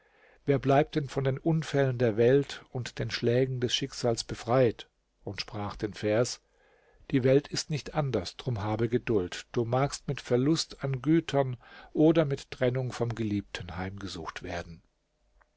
wer bleibt denn von den unfällen der welt und den schlägen des schicksals befreit und sprach den vers die welt ist nicht anders drum habe geduld du magst mit verlust an gütern oder mit trennung vom geliebten heimgesucht werden